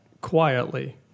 quietly